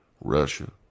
Russia